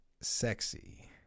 sexy